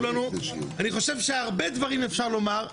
לנו - אני חושב שהרבה דברים אפשר לומר,